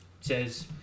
says